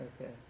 Okay